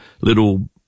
little